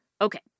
Okay